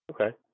Okay